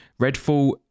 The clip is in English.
Redfall